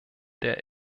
der